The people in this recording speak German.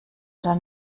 oder